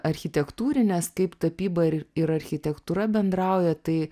architektūrines kaip tapyba ir ir architektūra bendrauja tai